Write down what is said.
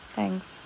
Thanks